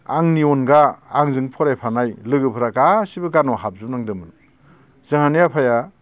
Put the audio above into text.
आंनि अनगा आंजों फरायफानाय लोगोफ्रा गासिबो गानाव हाबजोबनांदोंमोन जोंहानि आफाया